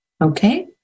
Okay